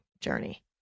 journey